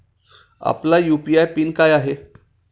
आपला UPI PIN काय आहे?